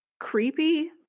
creepy